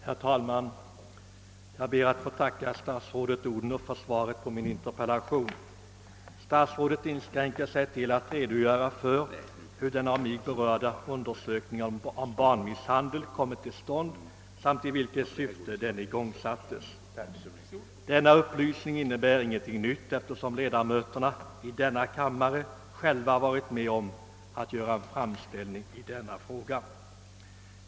Herr talman! Jag ber att få tacka statsrådet fru Odhnoff för svaret på min interpellation. Statsrådet inskränker sig till att redogöra för hur den av mig berörda undersökningen om förekomsten av barnmisshandel kommit till stånd samt i vilket syfte den igångsattes. Dessa upplysningar innebär inget nytt, eftersom ledamöterna av denna kammare själva varit med om att göra en framställning i denna fråga.